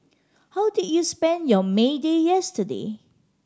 how did you spend your May Day yesterday